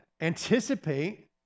anticipate